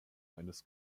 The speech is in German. eines